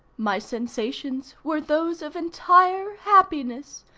my sensations were those of entire happiness,